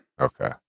Okay